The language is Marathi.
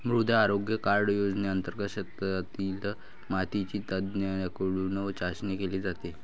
मृदा आरोग्य कार्ड योजनेंतर्गत शेतातील मातीची तज्ज्ञांकडून चाचणी केली जाते